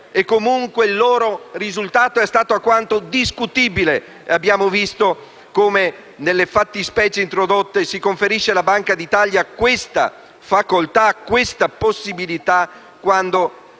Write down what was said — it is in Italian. comunque, il loro risultato è stato alquanto discutibile. Abbiamo visto come, nelle fattispecie introdotte, si conferisce alla Banca d'Italia questa facoltà e questa possibilità quando